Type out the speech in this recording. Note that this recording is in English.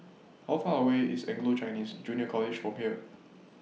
How Far away IS Anglo Chinese Junior College from here